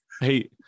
hey